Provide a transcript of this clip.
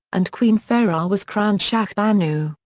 and queen farah was crowned shahbanu,